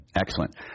Excellent